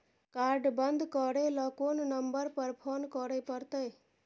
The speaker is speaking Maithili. कार्ड बन्द करे ल कोन नंबर पर फोन करे परतै?